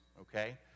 Okay